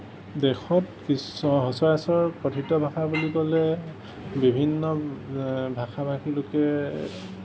দেশত ইচ সচৰাচৰ কথিত ভাষা বুলি ক'লে বিভিন্ন ভাষা ভাষী লোকে